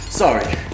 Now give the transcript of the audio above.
Sorry